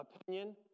opinion